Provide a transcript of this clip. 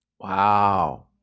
wow